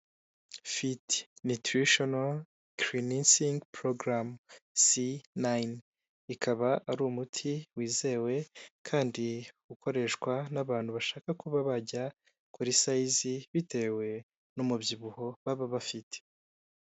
Fiti Nitirisheno Kirininsingi Porogaram Si Nayini, ikaba ari umuti wizewe kandi ukoreshwa n'abantu bashaka kuba bajya kuri sayizi bitewe n'umubyibuho baba bafite.